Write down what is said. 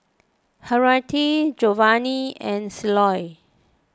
Henriette Jovani and Ceola